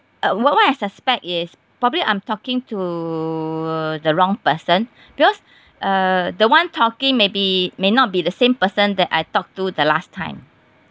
uh what what I suspect is probably I'm talking to the wrong person because uh the one talking maybe may not be the same person that I talk to the last time